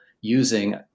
using